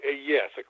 Yes